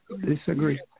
disagree